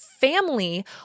family